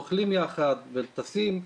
אוכלים יחד וטסים.